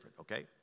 okay